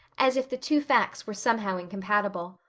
as if the two facts were somehow incompatible.